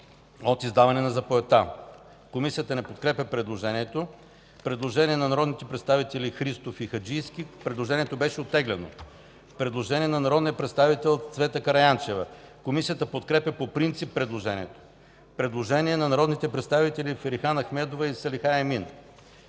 от издаване на заповедта.” Комисията не подкрепя предложението. Предложение от народните представители Румен Христов и Никола Хаджийски. Предложението беше оттеглено. Предложение на народния представител Цвета Караянчева. Комисията подкрепя по принцип предложението. Предложение на народните представители Ферихан Ахмедова и Салиха Емин.